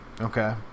Okay